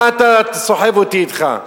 מה אתה סוחב אותי אתך.